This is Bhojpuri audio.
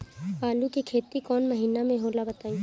आलू के खेती कौन महीना में होला बताई?